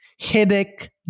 headache